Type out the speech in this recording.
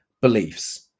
beliefs